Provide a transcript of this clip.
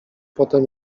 potem